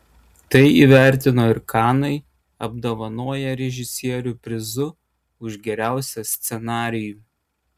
tai įvertino ir kanai apdovanoję režisierių prizu už geriausią scenarijų